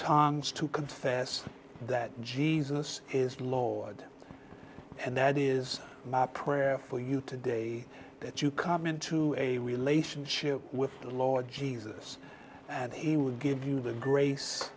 tang's to confess that jesus is lord and that is my prayer for you today that you come into a relationship with the lord jesus and he would give you the grace